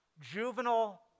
juvenile